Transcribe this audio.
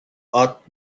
ought